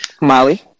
Molly